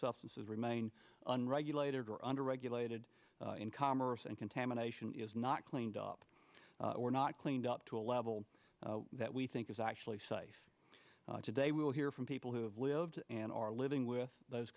substances remain unregulated or under regulated in commerce and contamination is not cleaned up we're not cleaned up to a level that we think is actually safe today we will hear from people who have lived and are living with those